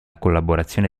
collaborazione